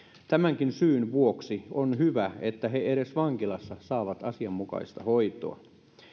tämänkin syyn vuoksi on hyvä että he edes vankilassa saavat asianmukaista hoitoa